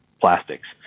plastics